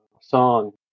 song